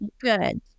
good